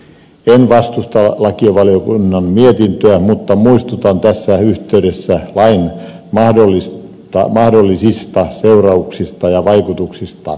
en vastusta lakivaliokunnan mietintöä mutta muistutan tässä yhteydessä lain mahdollisista seurauksista ja vaikutuksista